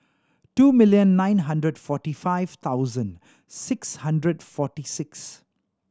two million nine hundred forty five thousand six hundred and forty six